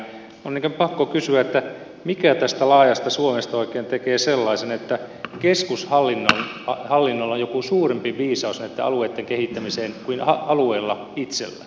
on pakko kysyä mikä tästä laajasta suomesta oikein tekee sellaisen että keskushallinnolla on joku suurempi viisaus näitten alueitten kehittämiseen kuin alueilla itsellään